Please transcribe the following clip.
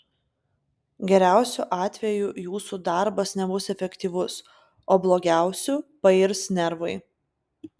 geriausiu atveju jūsų darbas nebus efektyvus o blogiausiu pairs nervai